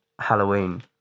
Halloween